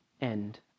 end